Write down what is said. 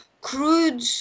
crude